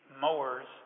mowers